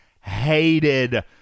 hated